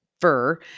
fur